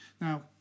Now